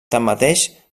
tanmateix